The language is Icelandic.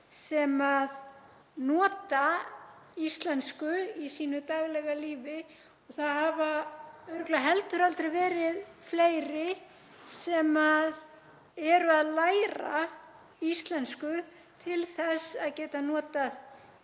sem nota íslensku í sínu daglega lífi og það hafa örugglega heldur aldrei verið fleiri sem læra íslensku til þess að geta notað